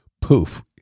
poof